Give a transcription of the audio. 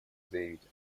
заявить